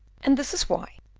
and this is why,